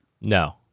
No